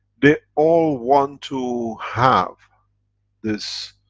they all want to have this,